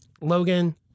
Logan